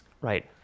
Right